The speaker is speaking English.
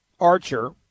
Archer